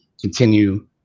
continue